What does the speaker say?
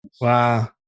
Wow